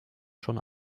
schon